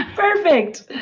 perfect.